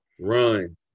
Run